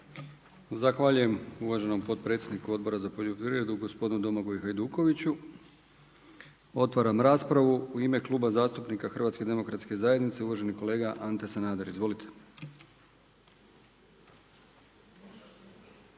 Zahvaljujem uvaženom potpredsjedniku Odbora za poljoprivredu gospodinu Domagoju Hajdukoviću. Otvaram raspravu u ime Kluba zastupnika HDZ-a, uvaženi kolega Ante Sanader. Izvolite.